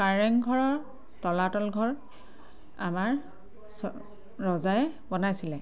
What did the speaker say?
কাৰেংঘৰৰ তলাতল ঘৰ আমাৰ ৰজাই বনাইছিলে